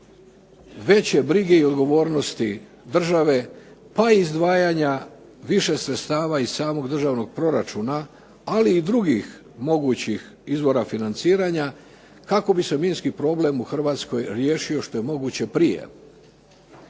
veće brige i odgovornosti države, pa i izdvajanja više sredstava iz samog državnog proračuna, ali i drugih mogućih izvora financiranja, kako bi se minski problem u Hrvatskoj riješio što je moguće prije.